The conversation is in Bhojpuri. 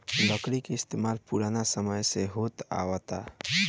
लकड़ी के इस्तमाल पुरान समय से होत आवता